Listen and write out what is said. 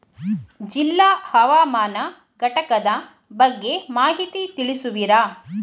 ಜಿಲ್ಲಾ ಹವಾಮಾನ ಘಟಕದ ಬಗ್ಗೆ ಮಾಹಿತಿ ತಿಳಿಸುವಿರಾ?